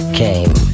came